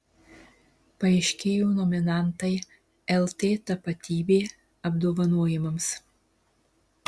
paaiškėjo nominantai lt tapatybė apdovanojimams